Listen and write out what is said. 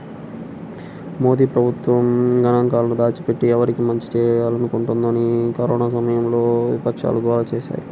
మోదీ ప్రభుత్వం గణాంకాలను దాచిపెట్టి, ఎవరికి మంచి చేయాలనుకుంటోందని కరోనా సమయంలో విపక్షాలు గోల చేశాయి